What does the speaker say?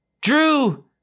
Drew